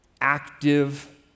Active